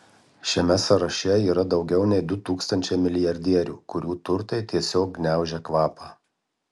šiame sąraše yra daugiau nei du tūkstančiai milijardierių kurių turtai tiesiog gniaužia kvapą